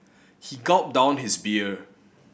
he gulp down his beer